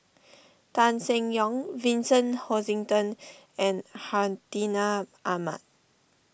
Tan Seng Yong Vincent Hoisington and Hartinah Ahmad